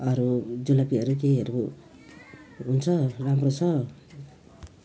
अरू जलेबीहरू केहीहरू हुन्छ राम्रो छ